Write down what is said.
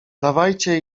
dawajcie